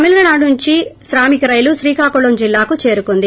తమిళనాడు నుండి శ్రామిక రైలు శ్రీకాకుళం జిల్లాకు చేరుకుంది